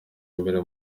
imbere